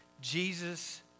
Jesus